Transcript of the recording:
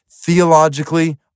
theologically